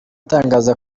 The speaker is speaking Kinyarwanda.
itangaza